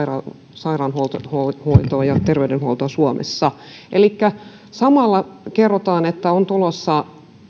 sairaanhoitoa ja terveydenhuoltoa suomessa elikkä samalla kerrotaan että on tulossa